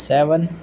seven